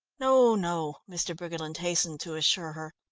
no, no, mr. briggerland hastened to assure her.